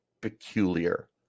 peculiar